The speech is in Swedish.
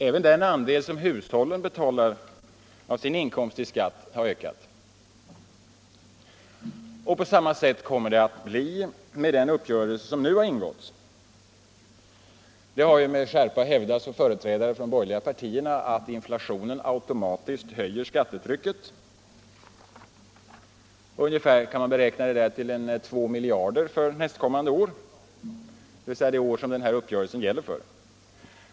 Även den andel som hushållen betalar av sin inkomst i skatt har ökat. På samma sätt kommer det att bli med den uppgörelse som nu ingåtts. Det har med skärpa hävdats från företrädare för de borgerliga partierna att inflationen automatiskt höjer skattetrycket. Effekten härav kan beräknas till ungefär 2 miljarder för nästkommande år, dvs. det år som uppgörelsen gäller för.